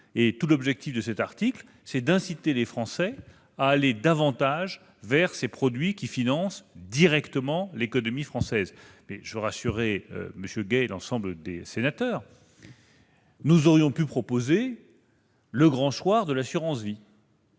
Tout l'objectif de cet article, c'est d'inciter les Français à aller davantage vers ces produits qui financent directement l'économie française. Je veux rassurer M. Gay et l'ensemble des sénateurs, nous aurions pu proposer le « grand soir » de l'assurance vie.